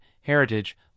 heritage